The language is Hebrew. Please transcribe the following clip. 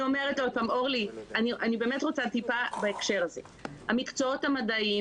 לגבי המקצועות המדעיים,